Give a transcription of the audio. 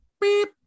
Beep